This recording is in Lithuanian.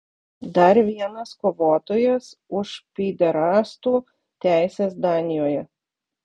dar vienas kovotojas už pyderastų teises danijoje